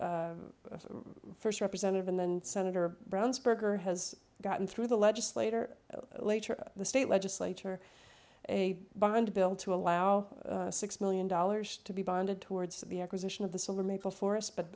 first representative and then senator brown's burger has gotten through the legislator later the state legislature a bond bill to allow six million dollars to be bonded towards the acquisition of the solar make a forest but